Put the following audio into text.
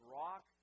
Rock